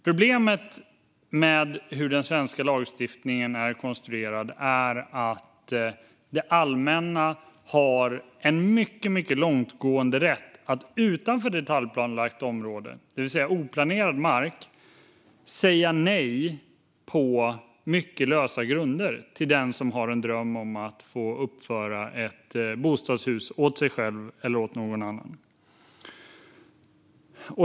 Problemet med hur den svenska lagstiftningen är konstruerad är att det allmänna har en mycket långtgående rätt att utanför detaljplanelagt område, det vill säga oplanerad mark, säga nej på mycket lösa grunder till den som har en dröm om att få uppföra ett bostadshus åt sig själv eller någon annan.